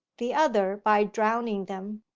the other by drowning them.